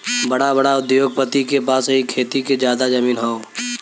बड़ा बड़ा उद्योगपति के पास ही खेती के जादा जमीन हौ